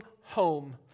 home